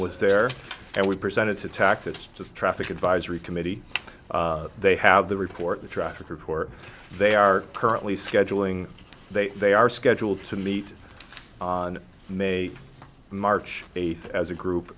was there and was presented to tack to the traffic advisory committee they have the report the traffic report they are currently scheduling they they are scheduled to meet on may march eighth as a group